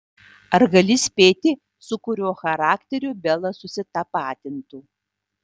ar gali spėti su kuriuo charakteriu bela susitapatintų